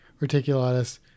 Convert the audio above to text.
reticulatus